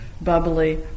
bubbly